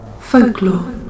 Folklore